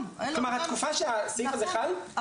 כלומר התקופה שהסעיף הזה חל --- נכון,